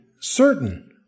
certain